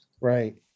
right